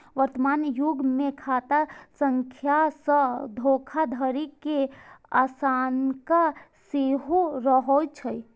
वर्तमान युग मे खाता संख्या सं धोखाधड़ी के आशंका सेहो रहै छै